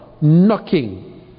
knocking